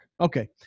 Okay